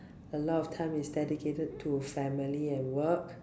a lot of time is dedicated to family and work